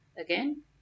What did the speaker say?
Again